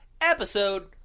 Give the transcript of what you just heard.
episode